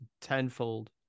tenfold